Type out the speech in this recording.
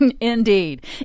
Indeed